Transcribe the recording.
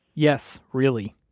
yes, really.